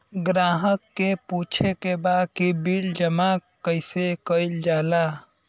ग्राहक के पूछे के बा की बिल जमा कैसे कईल जाला?